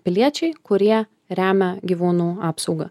piliečiai kurie remia gyvūnų apsaugą